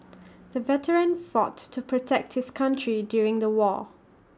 the veteran fought to protect his country during the war